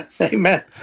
Amen